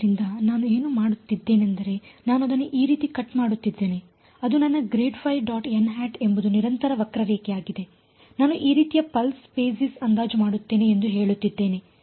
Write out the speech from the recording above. ಆದ್ದರಿಂದ ನಾನು ಏನು ಮಾಡುತ್ತಿದ್ದೇನೆಂದರೆ ನಾನು ಅದನ್ನು ಈ ರೀತಿ ಕಟ್ ಮಾಡುತ್ತಿದ್ದೇನೆ ಅದು ನನ್ನ ಎಂಬುದು ನಿರಂತರ ವಕ್ರರೇಖೆಯಾಗಿದೆ ನಾನು ಈ ರೀತಿಯ ಪಲ್ಸ್ ಬೇಸಿಸ್ ಅಂದಾಜು ಮಾಡುತ್ತೇನೆ ಎಂದು ಹೇಳುತ್ತಿದ್ದೇನೆ